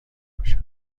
باشد